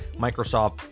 microsoft